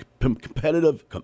competitive